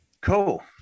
cool